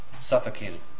Suffocated